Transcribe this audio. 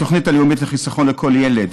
התוכנית הלאומית לחיסכון לכל ילד,